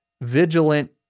vigilant